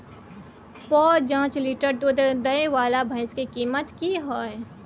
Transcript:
प जॉंच लीटर दूध दैय वाला भैंस के कीमत की हय?